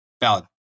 valid